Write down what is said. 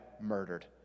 murdered